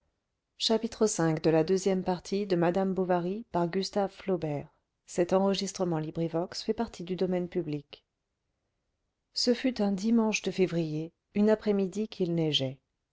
ce fut un dimanche de février une après-midi qu'il neigeait